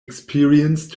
experience